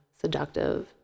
seductive